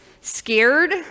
scared